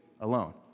alone